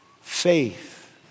faith